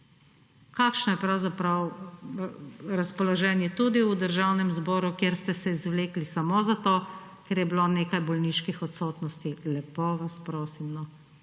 Kakšna je pravzaprav razpoloženje tudi v Državnem zboru, kjer ste se izvlekli samo zato, ker je bilo nekaj bolniških odsotnosti. Lepo vas prosim, no!